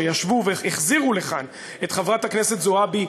שישבו והחזירו לכאן את חברת הכנסת זועבי,